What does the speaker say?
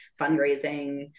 fundraising